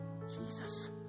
Jesus